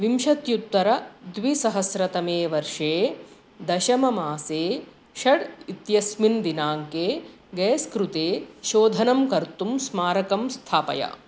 विंशत्युत्तरद्विसहस्रतमे वर्षे दशममासे षड् इत्यस्मिन् दिनाङ्के गेस् कृते शोधनं कर्तुं स्मारकं स्थापय